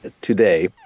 today